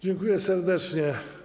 Dziękuję serdecznie.